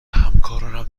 همکارانم